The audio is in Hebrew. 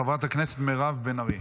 חברת הכנסת מירב בן ארי.